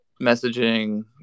messaging